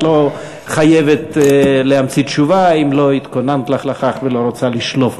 את לא חייבת להמציא תשובה אם לא התכוננת לכך ולא רוצה לשלוף,